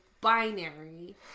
binary